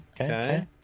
okay